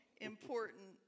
important